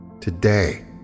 Today